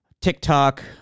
TikTok